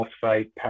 phosphate